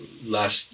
last